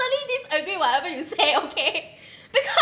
totally disagree whatever you say okay